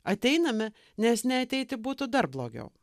ateiname nes neateiti būtų dar blogiau